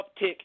uptick